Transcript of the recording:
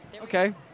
Okay